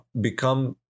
become